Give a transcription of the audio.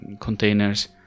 containers